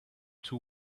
two